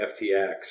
FTX